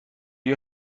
you